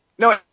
No